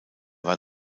war